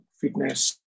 fitness